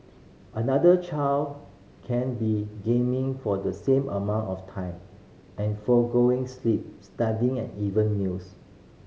another child can be gaming for the same amount of time and forgoing sleep studying and even meals